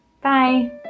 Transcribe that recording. bye